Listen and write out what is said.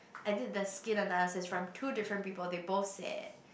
I did the skin analysis from two different people they both said